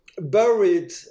buried